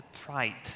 pride